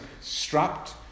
strapped